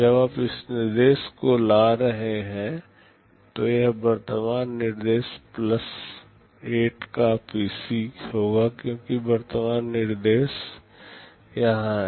जब आप इस निर्देश को ला रहे हैं तो यह वर्तमान निर्देश प्लस 8 का PC होगा क्योंकि वर्तमान निर्देश यहाँ है